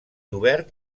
obert